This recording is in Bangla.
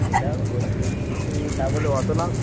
সেটাও বলেছেন কিন্তু তা বলে অত লাভ